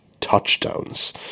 touchdowns